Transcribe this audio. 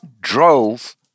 drove